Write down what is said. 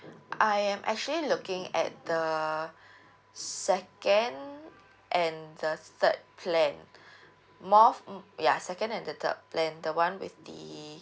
I am actually looking at the second and the third plan more of um ya second and the third plan the one with the